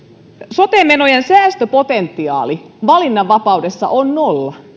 sote menojen säästöpotentiaali valinnanvapaudessa on nolla